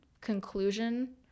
conclusion